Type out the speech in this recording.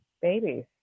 babies